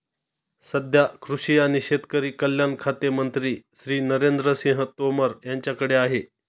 सध्या कृषी आणि शेतकरी कल्याण खाते मंत्री श्री नरेंद्र सिंह तोमर यांच्याकडे आहे